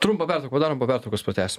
trumpą pertrauką padarom po pertraukos pratęsim